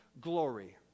glory